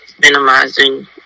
Minimizing